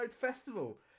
festival